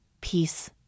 peace